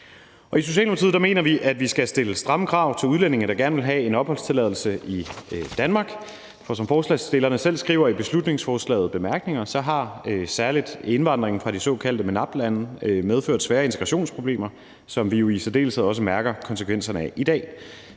I Socialdemokratiet mener vi, at vi skal stille stramme krav til udlændinge, der gerne vil have en opholdstilladelse i Danmark. For som forslagsstillerne selv skriver i beslutningsforslagets bemærkninger, har særlig indvandring fra de såkaldte MENAPT-lande medført svære integrationsproblemer, som vi jo i særdeleshed også mærker konsekvenserne af i dag.